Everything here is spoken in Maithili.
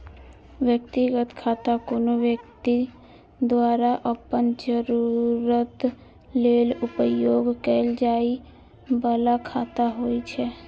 व्यक्तिगत खाता कोनो व्यक्ति द्वारा अपन जरूरत लेल उपयोग कैल जाइ बला खाता होइ छै